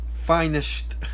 finest